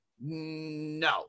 No